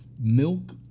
milk